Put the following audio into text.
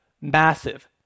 massive